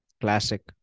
Classic